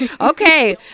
Okay